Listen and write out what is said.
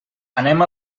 anem